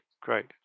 great